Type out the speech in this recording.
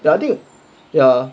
I think ya